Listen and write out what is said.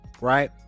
right